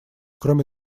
кроме